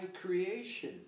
creation